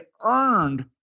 earned